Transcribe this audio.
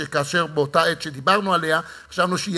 שבאותה העת שדיברנו עליהם חשבנו,